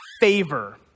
favor